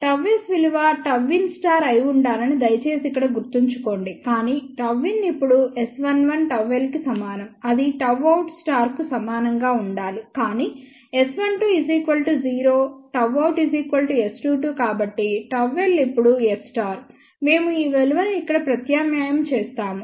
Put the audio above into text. Γs విలువ Γinఅయి ఉండాలని దయచేసి ఇక్కడ గుర్తుంచుకోండి కానీ Γin ఇప్పుడు S11ΓL కి సమానం అది Γout కు సమానంగా ఉండాలి కానీ S12 0 Γout S22 కాబట్టి ΓL ఇప్పుడు S మేము ఈ విలువను ఇక్కడ ప్రత్యామ్నాయం చేస్తాము